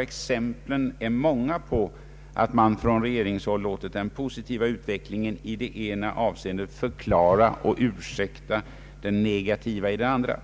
Exemplen är många på att man från regeringshåll låtit den positiva utvecklingen i det ena avseendet förklara och ursäkta det negativa i det andra.